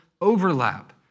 overlap